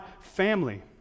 family